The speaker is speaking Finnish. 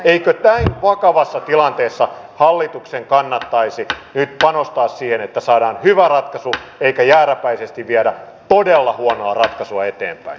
eikö näin vakavassa tilanteessa hallituksen kannattaisi nyt panostaa siihen että saadaan hyvä ratkaisu eikä jääräpäisesti viedä todella huonoa ratkaisua eteenpäin